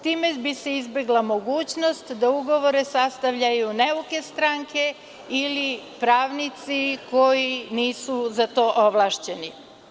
Time bi se izbegla mogućnost da ugovore sastavljaju neuke stranke ili pravnici koji nisu za to ovlašćeni.